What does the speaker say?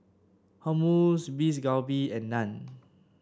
Hummus Beef Galbi and Naan